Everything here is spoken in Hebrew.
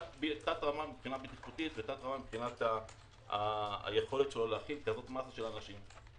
תת-רמה מבחינה בטיחותית ומבחינת היכולת שלו להכיל מסה כזאת של אנשים.